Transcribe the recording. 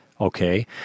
okay